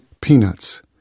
peanuts